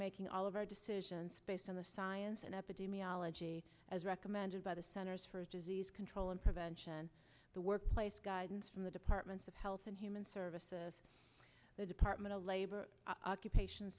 making all of our decisions based on the science and epidemiology as recommended by the centers for disease control and prevention the workplace guidance from the departments of health and human services the department of labor occupation